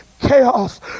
chaos